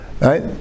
right